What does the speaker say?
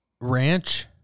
Ranch